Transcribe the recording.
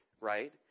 right